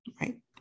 Right